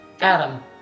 Adam